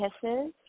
kisses